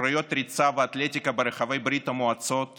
מתחרויות ריצה ואתלטיקה ברחבי ברית המועצות